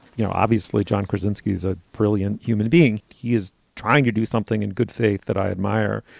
you know, obviously, jon brzezinski is a brilliant human being. he is trying to do something in good faith that i admire.